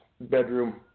bedroom